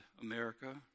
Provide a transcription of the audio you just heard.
America